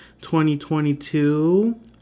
2022